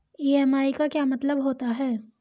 EMI का क्या मतलब होता है?